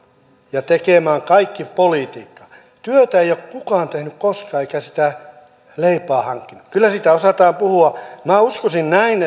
ja tekemään kaikki politiikkaa työtä ei ole kukaan tehnyt koskaan eikä sitä leipää hankkinut kyllä sitä osataan puhua minä uskoisin näin